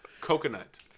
coconut